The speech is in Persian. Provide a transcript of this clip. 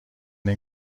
این